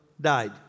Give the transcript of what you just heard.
died